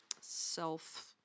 self